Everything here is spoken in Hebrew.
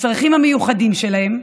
לצרכים המיוחדים שלהם.